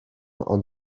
ond